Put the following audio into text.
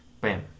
Bam